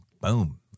boom